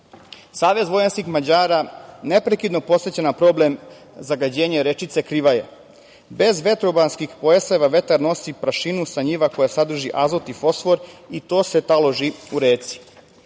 vojvođanskih Mađara neprekidno podseća na problem zagađenja rečice Krivaje. Bez vetrobranskih pojaseva vetar nosi prašinu sa njiva koja sadrži azot i fosfor i to se taloži u reci.